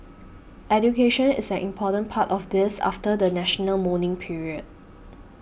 education is an important part of this after the national mourning period